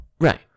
right